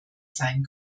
sein